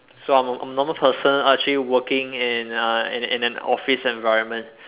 so I'm I'm a normal person uh actually working in uh in in an office environment